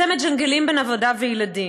אתם מג'נגלים בין עבודה וילדים,